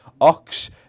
Ox